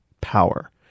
power